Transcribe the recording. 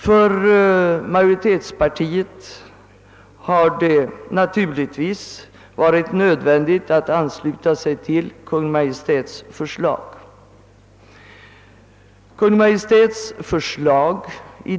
För majoritetspartiet har det naturligtvis varit nödvändigt att ansluta sig till Kungl. Maj:ts förslag.